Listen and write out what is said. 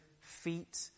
feet